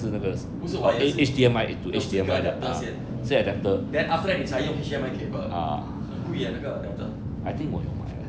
不是 wireless 的 no 是用 adapters 先 then after that 你才用 H_D_M_I cable 很贵 leh 那个 adapter